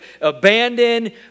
abandoned